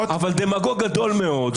המשמעות.